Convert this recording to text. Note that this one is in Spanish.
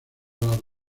las